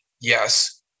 yes